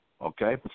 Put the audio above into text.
okay